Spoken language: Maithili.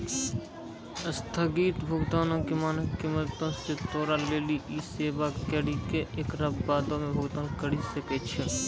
अस्थगित भुगतानो के मानक के मदतो से तोरा लेली इ सेबा दै करि के एकरा बादो मे भुगतान करि सकै छै